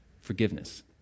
forgiveness